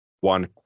one